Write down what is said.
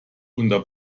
unter